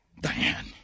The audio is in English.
Diane